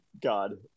god